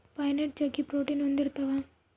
pine nut ಜಗ್ಗಿ protein ಹೊಂದಿರ್ತವ